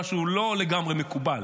משהו לא לגמרי מקובל